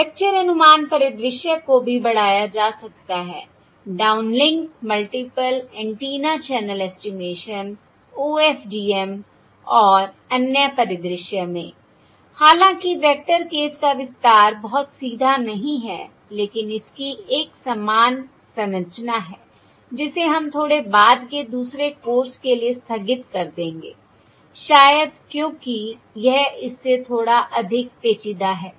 vector अनुमान परिदृश्य को भी बढ़ाया जा सकता है downlink multiple antenna channel estimation OFDM और अन्य परिदृश्य में हालांकि वेक्टर केस का विस्तार बहुत सीधा नहीं है लेकिन इसकी एक समान संरचना है जिसे हम थोड़े बाद के दूसरे कोर्स के लिए स्थगित कर देंगे शायद क्योंकि यह इससे थोड़ा अधिक पेचीदा है